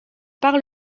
par